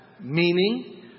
meaning